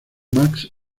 max